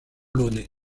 launay